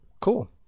cool